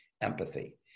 empathy